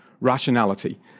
rationality